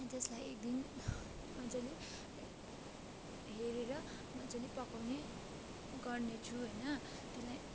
त्यसलाई एकदिन मजाले हेरेर मजाले पकाउने गर्ने छु होइन त्यसलाई